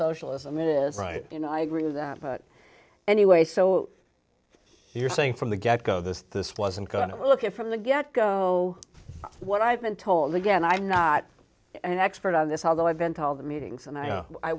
socialism it is right you know i agree with that but anyway so you're saying from the get go this this wasn't kind of look at from the get go what i've been told again i'm not an expert on this although i bent all the meetings and i